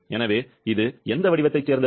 எனவே இது எந்த வடிவத்தைச் சேர்ந்தது